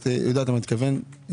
יודעת למה אני מתכוון.